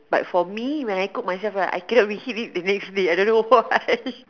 but for me when I cook myself right I cannot reheat it the next day I don't know why